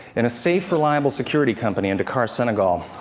in a safe, reliable security company in dakar, senegal,